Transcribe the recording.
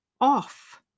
off